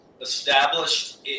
established